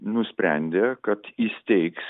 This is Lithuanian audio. nusprendė kad įsteigs